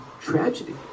tragedy